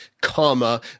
comma